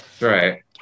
Right